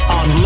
on